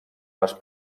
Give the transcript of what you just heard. les